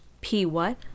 P-what